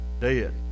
dead